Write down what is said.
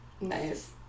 Nice